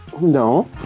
No